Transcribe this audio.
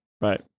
Right